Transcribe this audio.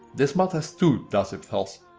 this mod has two dazip files.